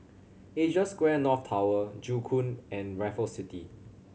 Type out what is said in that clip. Asia Square North Tower Joo Koon and Raffles City